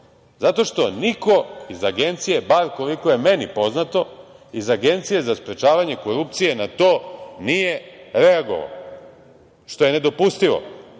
Zato što niko iz Agencije, bar koliko je meni poznato, iz Agencije za sprečavanje korupcije na to nije reagovao, što je nedopustivo.